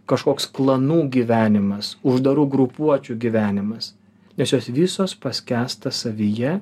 kažkoks klanų gyvenimas uždarų grupuočių gyvenimas nes jos visos paskęsta savyje